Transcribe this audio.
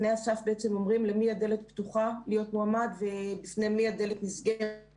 תנאי הסף בעצם אומרים למי הדלת פתוחה להיות מועמד ובפני מי הדלת נסגרת,